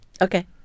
Okay